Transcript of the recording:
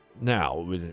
Now